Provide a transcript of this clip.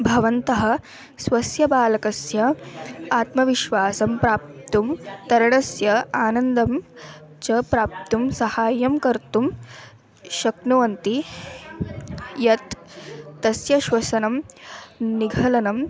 भवन्तः स्वस्य बालकस्य आत्मविश्वासं प्राप्तुं तरणस्य आनन्दं च प्राप्तुं सहायं कर्तुं शक्नुवन्ति यत् तस्य श्वसनं निगलनं